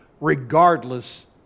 regardless